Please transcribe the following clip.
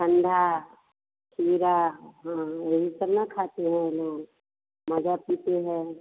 ठंढा खीरा हाँ वही सब न खाते हैं लोग मज़ा पीते हैं